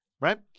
right